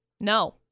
No